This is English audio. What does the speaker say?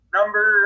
Number